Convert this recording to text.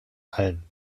allen